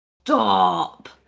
Stop